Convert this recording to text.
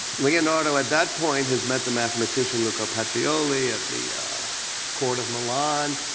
leonardo at that point has met the mathematician luca pacioli at the court of milan,